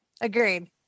Agreed